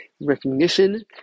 recognition